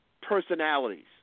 personalities